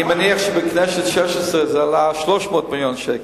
אני מניח שבכנסת השש-עשרה זה עלה 300 מיליון שקל,